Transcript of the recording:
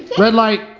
red light.